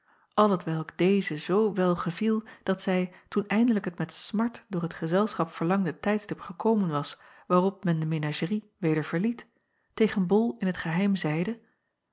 al t welk deze zoo wel geviel dat zij toen eindelijk het met smart door het gezelschap verlangde tijdstip gekomen was waarop men de menagerie weder verliet tegen ol in t geheim zeide